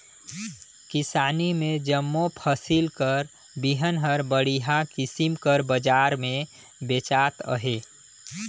किसानी में जम्मो फसिल कर बीहन हर बड़िहा किसिम कर बजार में बेंचात अहे